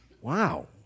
Wow